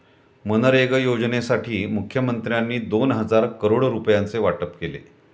मनरेगा योजनेसाठी मुखमंत्र्यांनी दोन हजार करोड रुपयांचे वाटप केले